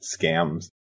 scams